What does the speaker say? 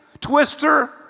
twister